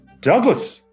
Douglas